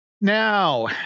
Now